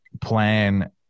plan